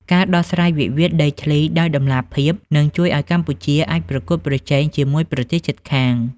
ការដោះស្រាយវិវាទដីធ្លីដោយតម្លាភាព នឹងជួយឱ្យកម្ពុជាអាចប្រកួតប្រជែងជាមួយប្រទេសជិតខាង។